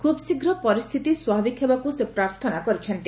ଖୁବ୍ ଶୀଘ୍ର ପରିସ୍ଥିତି ସ୍ୱାଭାବିକ ହେବାକୁ ସେ ପ୍ରାର୍ଥନା କରିଛନ୍ତି